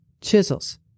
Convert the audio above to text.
Chisels